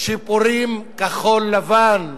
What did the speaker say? שיפורים כחול-לבן.